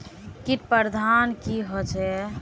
किट प्रबन्धन की होचे?